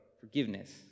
forgiveness